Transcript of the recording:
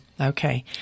okay